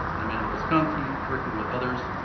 and amanda visconti, working with others.